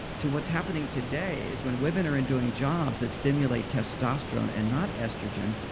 to what's happening today, is when women are and doing jobs that stimulate testosterone and not estrogen,